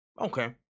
Okay